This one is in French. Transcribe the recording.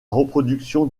reproduction